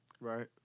Right